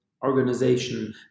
organization